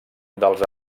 dels